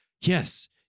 yes